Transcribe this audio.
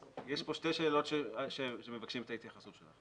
יש פה שתי שאלות שמבקשים את ההתייחסות שלכם.